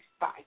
Bye